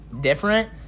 different